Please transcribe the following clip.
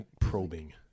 probing